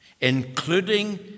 including